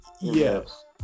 yes